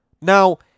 Now